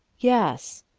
yes.